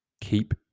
Keep